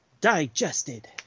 digested